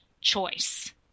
choice